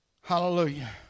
Hallelujah